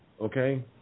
Okay